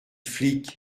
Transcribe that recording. flic